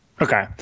Okay